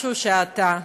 משהו שאתה.